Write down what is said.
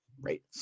right